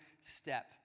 step